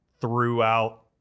throughout